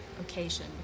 occasion